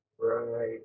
right